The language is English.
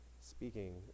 speaking